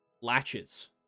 latches